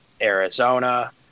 Arizona